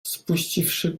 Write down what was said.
spuściwszy